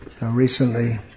recently